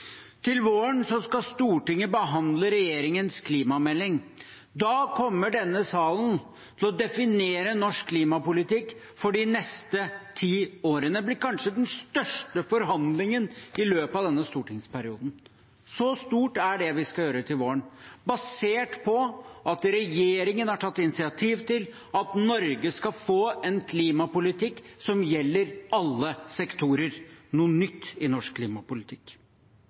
Til våren skal Stortinget behandle regjeringens klimamelding. Da kommer denne salen til å definere norsk klimapolitikk for de neste ti årene. Det blir kanskje den største forhandlingen i løpet av denne stortingsperioden. Så stort er det vi skal gjøre til våren, basert på at regjeringen har tatt initiativ til at Norge skal få en klimapolitikk som gjelder alle sektorer – noe nytt i norsk klimapolitikk.